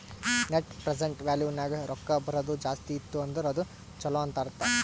net present value ನಾಗ್ ರೊಕ್ಕಾ ಬರದು ಜಾಸ್ತಿ ಇತ್ತು ಅಂದುರ್ ಅದು ಛಲೋ ಅಂತ್ ಅರ್ಥ